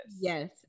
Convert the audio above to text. yes